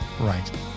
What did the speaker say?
Right